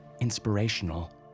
inspirational